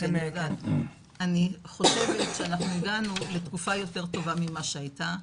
אני חושבת שאנחנו הגענו לתקופה יותר טובה ממה שהייתה.